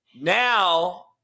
Now